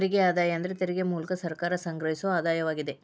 ತೆರಿಗೆ ಆದಾಯ ಅಂದ್ರ ತೆರಿಗೆ ಮೂಲ್ಕ ಸರ್ಕಾರ ಸಂಗ್ರಹಿಸೊ ಆದಾಯವಾಗಿದೆ